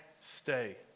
stay